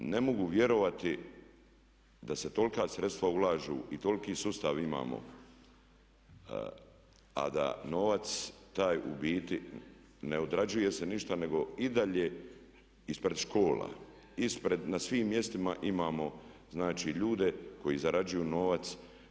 Jer ne mogu vjerovati da se tolika sredstva ulažu i toliki sustav imamo a da novac taj u biti ne odrađuje se ništa nego i dalje ispred škola, ispred na svim mjestima imamo znači ljude koji zarađuju novac.